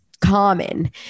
common